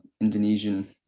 indonesian